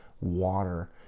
water